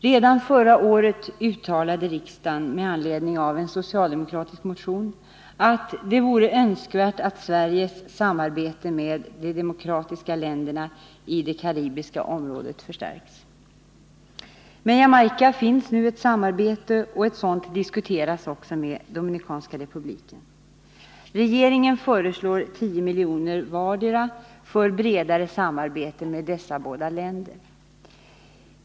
Redan förra året uttalade riksdagen, med anledning av en socialdemokratisk motion, att ”det vore önskvärt att Sveriges samarbete med demokratiska länder i det karibiska området förstärks”. Med Jamaica finns nu ett samarbete, och ett sådant diskuteras också med Dominikanska republiken. Regeringen föreslår 10 miljoner vardera för bredare samarbete med dessa båda länder.